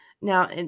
Now